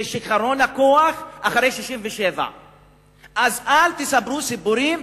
זה שיכרון הכוח אחרי 67'. אז אל תספרו סיפורים